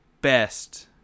best